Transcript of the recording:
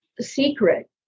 secret